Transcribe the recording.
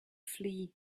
flee